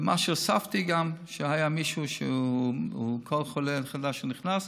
ומה שהוספתי, שהיה מישהו שכל חולה חדש שנכנס,